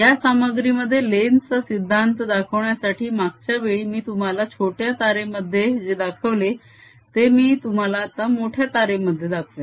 या सामग्रीमध्ये लेन्झ चा सिद्धांत दाखवण्यासाठी मागच्या वेळी मी तुम्हाला छोट्या तारेमध्ये जे दाखवले ते मी तुम्हाला आता मोठ्या तारेमध्ये दाखवेन